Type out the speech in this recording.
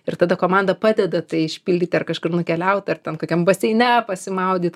ir tada komanda padeda tai išpildyt ar kažkur nukeliaut ten kokiam baseine pasimaudyt